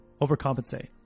overcompensate